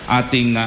ating